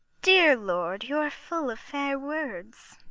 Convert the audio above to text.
dear lord, you are full of fair words.